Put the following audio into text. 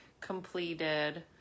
completed